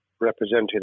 represented